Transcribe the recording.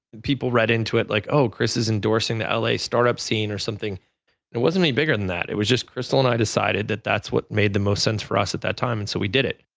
people read into it like, oh, chris is endorsing the ah la startup scene or something. there wasn't any bigger than that. it was just crystal and i decided that that's what made the most sense for us at that time, and so we did it.